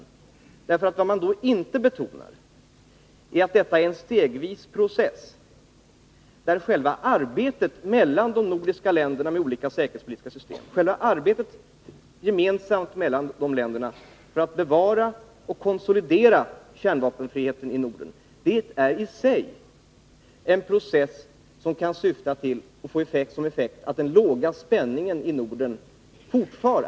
Man måste betona att det är fråga om en process som sker stegvis och där själva det gemensamma arbetet mellan de nordiska länderna, med olika säkerhetspolitiska system, för att bevara och konsolidera kärnvapenfriheten i Norden kan syfta till eller få till effekt att den låga spänningen i Norden består.